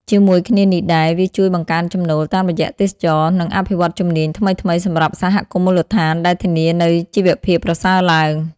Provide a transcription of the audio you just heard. ជាមួយគ្នានេះដែរ វាជួយ បង្កើនចំណូល តាមរយៈទេសចរណ៍ និង អភិវឌ្ឍន៍ជំនាញ ថ្មីៗសម្រាប់សហគមន៍មូលដ្ឋាន ដែលធានានូវជីវភាពប្រសើរឡើង។